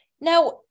Now